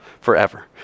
forever